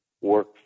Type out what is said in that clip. work